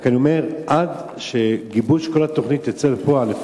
רק אני אומר: עד שגיבוש כל התוכנית יצא לפועל,